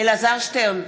אלעזר שטרן,